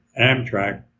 Amtrak